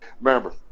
remember